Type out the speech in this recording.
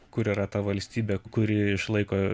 kur yra ta valstybė kuri išlaiko